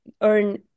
earn